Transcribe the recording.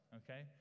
okay